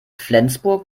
flensburg